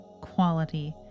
quality